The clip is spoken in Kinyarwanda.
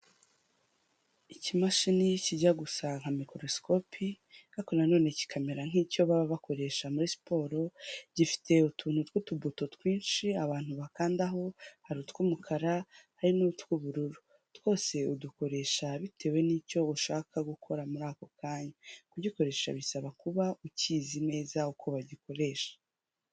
Ikimashini kijya gusa nka microscopi ariko na none kikamera nk'icyo baba bakoresha muri siporo. Gifite utuntu t'utubuto twinshi abantu bakanda aho hari utw'umukara hari n'utw'ubururu twose udukoresha bitewe n'icyo ushaka gukora muri ako kanya kugikoresha bisaba kuba ukizi neza uko bagikoresha.